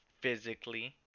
physically